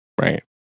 right